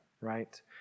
right